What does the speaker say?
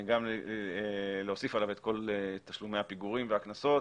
גם להוסיף עליו את כל תשלומי הפיגורים והקנסות